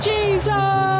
Jesus